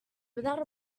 without